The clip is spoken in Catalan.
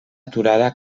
aturada